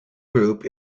group